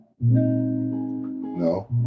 No